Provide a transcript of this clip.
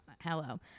hello